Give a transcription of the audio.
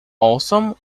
awesome